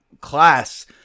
class